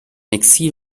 exil